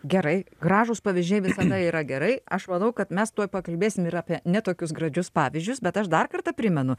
gerai gražūs pavyzdžiai visada yra gerai aš manau kad mes tuoj pakalbėsim ir apie ne tokius gradžius pavyzdžius bet aš dar kartą primenu